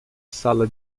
sala